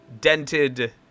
dented